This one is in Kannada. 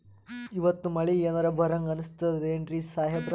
ಇವತ್ತ ಮಳಿ ಎನರೆ ಬರಹಂಗ ಅನಿಸ್ತದೆನ್ರಿ ಸಾಹೇಬರ?